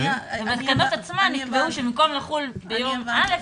התקנות עצמן יקבעו שבמקום לחול ביום א',